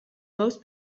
most